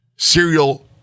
Serial